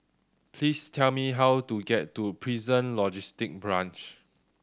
please tell me how to get to Prison Logistic Branch